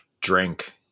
drink